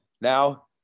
now